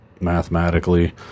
mathematically